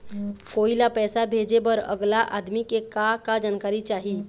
कोई ला पैसा भेजे बर अगला आदमी के का का जानकारी चाही?